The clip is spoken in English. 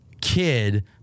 kid